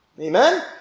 Amen